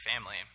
family